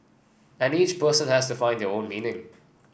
and each person has to find their own meaning